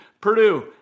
Purdue